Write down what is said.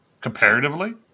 comparatively